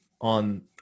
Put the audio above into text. on